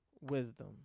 wisdom